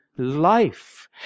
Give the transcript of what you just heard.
life